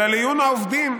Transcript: אלא לעיון העובדים,